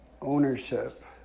ownership